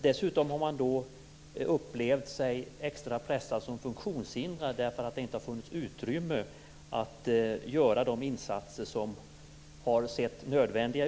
Dessutom har de upplevt sig extra pressade som funktionshindrade därför att det inte har funnits utrymme att göra de insatser som har varit nödvändiga.